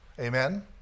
Amen